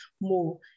more